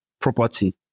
property